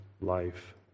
life